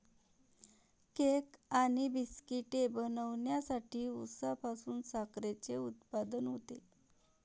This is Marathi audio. केक आणि बिस्किटे बनवण्यासाठी उसापासून साखरेचे उत्पादन होते